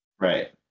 Right